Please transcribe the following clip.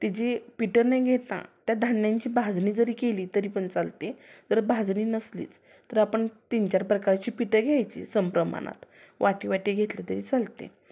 ती जी पिठं न घेता त्या धान्यांची भाजणी जरी केली तरी पण चालते तर भाजणी नसलीच तर आपण तीनचार प्रकारची पिठं घ्यायची सम प्रमाणात वाटीवाटी घेतलं तरी चालते